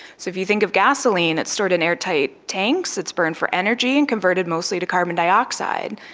so if you think of gasoline, it's stored in airtight tanks, it's burned for energy and converted mostly to carbon dioxide.